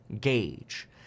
gauge